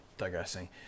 digressing